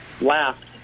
laughed